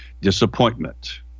disappointment